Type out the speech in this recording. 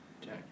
Jack